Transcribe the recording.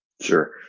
Sure